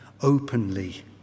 openly